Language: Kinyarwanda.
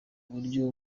uburyo